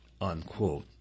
unquote